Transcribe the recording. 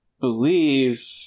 believe